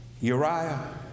Uriah